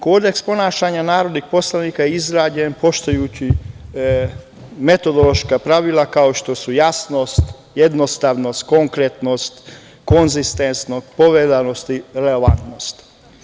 Kodeks ponašanja narodnih poslanika je izrađen poštujući metodološka pravila kao što su jasnost, jednostavnost, konkretnost, konzistentnost povezanosti relevantnosti.